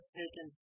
taken